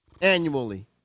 annually